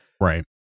right